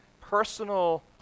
personal